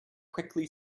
quickly